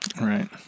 Right